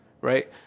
Right